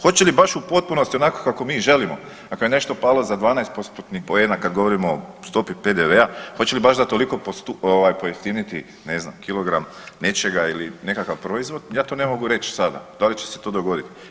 Hoće li baš u potpunosti onako kako mi želimo ako je nešto palo za 12 postotnih poena kad govorimo o stopi PDV-a, hoće li baš za toliko ovaj pojeftiniti ne znam kilogram nečega ili nekakav proizvod ja to ne mogu reći sada da li će se to dogodit.